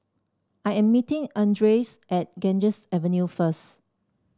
I am meeting Andres at Ganges Avenue first